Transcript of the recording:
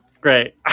Great